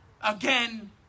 again